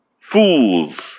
Fools